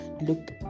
look